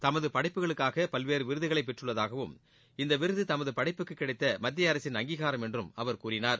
தமது படைப்புகளுக்காக பல்வேறு விருதுகளை பெற்றள்ளதாகவும் இந்த விருது தமது படைப்புக்கு கிடைத்த மத்திய அரசின் அங்கீகாரம் என்றும் அவர் கூறினார்